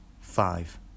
Five